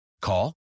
Call